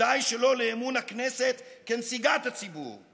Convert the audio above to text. ודאי שלא לאמון הכנסת כנציגת הציבור.